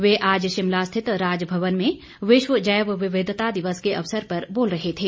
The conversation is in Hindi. वे आज शिमला स्थित राजभवन में विश्व जैव विविधता दिवस के अवसर पर बोल रहे थे